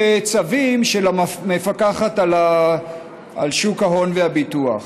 הפך להיות נושא